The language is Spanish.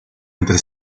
entre